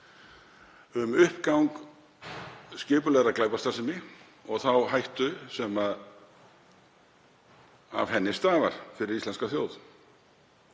um uppgang skipulagðrar glæpastarfsemi og þá hættu sem af henni stafar fyrir íslenska þjóð.